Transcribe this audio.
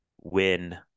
win